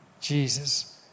Jesus